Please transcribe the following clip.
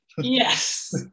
Yes